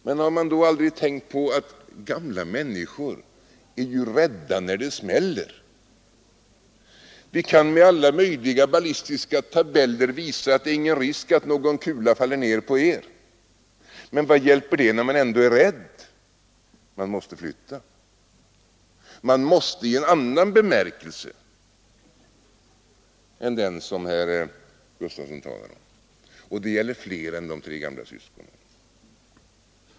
Men har man då aldrig tänkt på att gamla människor blir rädda när det smäller? Man kan med alla möjliga ballistiska tabeller visa att det inte är någon risk att en kula faller ned på dem. Men vad hjälper det när man är rädd? Man måste flytta i annan bemärkelse än den som herr Gustafsson talade om. Det gäller flera än de tre gamla syskonen.